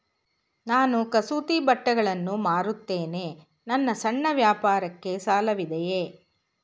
ನಾನು ಕಸೂತಿ ಬಟ್ಟೆಗಳನ್ನು ಮಾರುತ್ತೇನೆ ನನ್ನ ಸಣ್ಣ ವ್ಯಾಪಾರಕ್ಕೆ ಸಾಲವಿದೆಯೇ?